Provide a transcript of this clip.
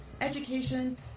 education